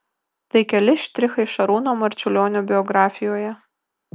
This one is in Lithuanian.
tai keli štrichai šarūno marčiulionio biografijoje